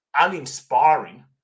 uninspiring